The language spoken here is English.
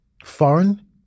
Foreign